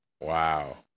Wow